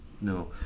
No